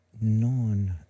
Non